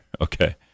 okay